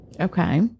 Okay